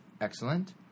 excellent